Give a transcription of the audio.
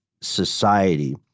society